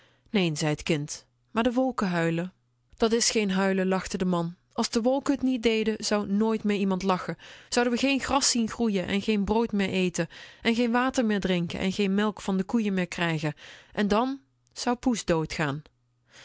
zei t kind maar de wolken huilen dat is geen huilen lachte de man als de wolken t niet deden zou nooit iemand meer lachen zouden we geen gras zien groeien en geen brood meer eten en geen water meer drinken en geen melk van de koeien meer krijgen en dan zou poes